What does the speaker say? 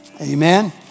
Amen